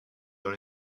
dans